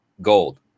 gold